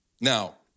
Now